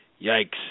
yikes